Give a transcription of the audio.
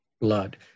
blood